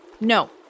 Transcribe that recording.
No